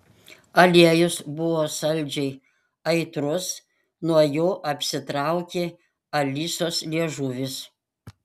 aliejus buvo saldžiai aitrus nuo jo apsitraukė alisos liežuvis